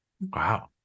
wow